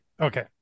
Okay